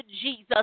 Jesus